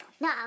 No